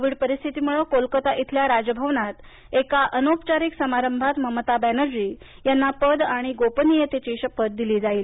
Covid परिस्थितीमुळे कोलकाता इथल्या राजभवनात एका अनौपचारिक समारंभात ममता बॅनर्जी यांना पद आणि गोपनीयतेची शपथ दिली जाईल